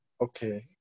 okay